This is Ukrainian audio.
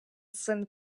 син